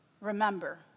Remember